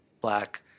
black